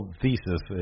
thesis